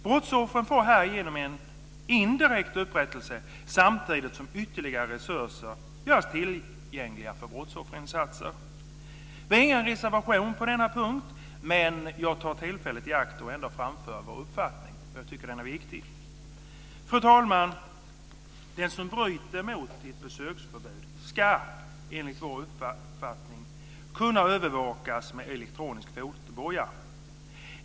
Brottsoffren får härigenom en indirekt upprättelse samtidigt som ytterligare resurser görs tillgängliga för brottsofferinsatser. Vi har ingen reservation på denna punkt, men jag tar tillfället i akt att framföra vår uppfattning. Den är viktig. Fru talman! Den som bryter mot ett besöksförbud ska enligt vår uppfattning kunna övervakas med elektronisk fotboja.